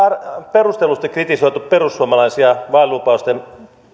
perustellusti kritisoineet perussuomalaisia vaalilupausten